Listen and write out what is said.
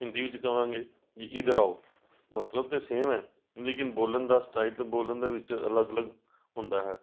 ਹਿੰਦੀ ਵਿੱਚ ਕਹਾਂਗੇ ਈਧਰ ਆਓ ਮਤਲਬ ਤਾਂ ਸੇਮ ਹੈ ਲੇਕਿਨ ਬੋਲਣ ਦਾ ਸਟਾਈਲ ਅਤੇ ਬੋਲਣ ਦੇ ਵਿੱਚ ਅਲੱਗ ਅਲੱਗ ਹੁੰਦਾ ਹੈ